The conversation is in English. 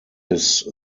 his